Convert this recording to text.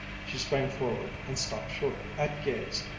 she sprang forward, and stopped short, at gaze,